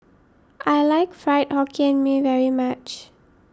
I like Fried Hokkien Mee very much